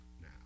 now